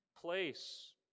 place